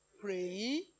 pray